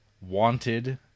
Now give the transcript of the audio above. Wanted